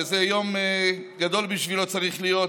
שזה יום גדול בשבילו צריך להיות,